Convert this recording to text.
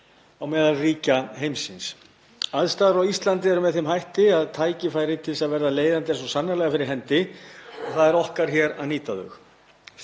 á meðal ríkja heimsins. Aðstæður á Íslandi eru með þeim hætti að tækifæri til að verða leiðandi eru svo sannarlega fyrir hendi og það er okkar hér að nýta þau.